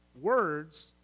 Words